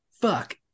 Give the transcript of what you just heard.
Fuck